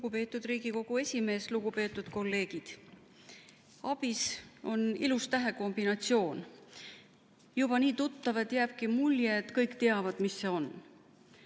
Lugupeetud Riigikogu esimees! Lugupeetud kolleegid! ABIS on ilus tähekombinatsioon, juba nii tuttav, et jääbki mulje, et kõik teavad, mis see on.